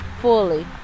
fully